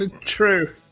True